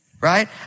Right